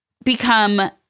become